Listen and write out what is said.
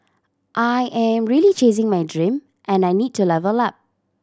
I am really chasing my dream and I need to level up